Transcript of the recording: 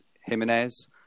Jimenez